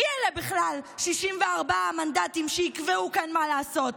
מי אלה בכלל 64 מנדטים שיקבעו כאן מה לעשות?